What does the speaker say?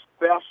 best